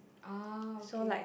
ah okay